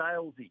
salesy